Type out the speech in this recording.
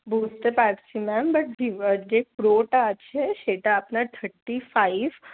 বুঝতে পারছি ma'am but ভিভোর যে প্রোটা আছে সেটা আপনার থার্টি ফাইভ